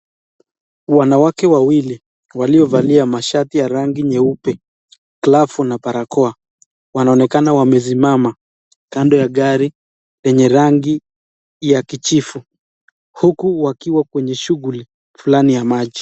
Wanawake wawili waliovalia shati nyeupe, glavu na barakoa wanaonekana wamesimama kando ya gari yenye rangi ya kijivu huku wakiwa kwenye shughuli fulani ya maji.